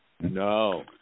No